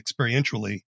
experientially